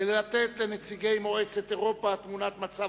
ולתת לנציגי מועצת אירופה תמונת מצב